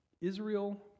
Israel